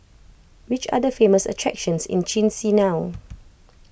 which are the famous attractions in Chisinau